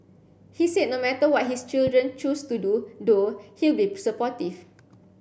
he said no matter what his children choose to do though he'll be supportive